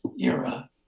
era